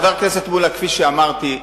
חבר הכנסת מולה, כפי שאמרתי,